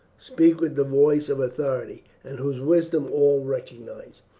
speak with the voice of authority, and whose wisdom all recognize.